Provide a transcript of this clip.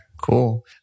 Cool